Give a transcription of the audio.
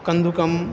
कन्दुकम्